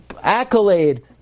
accolade